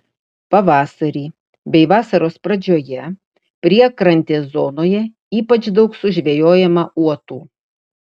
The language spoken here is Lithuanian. pavasarį bei vasaros pradžioje priekrantės zonoje ypač daug sužvejojama uotų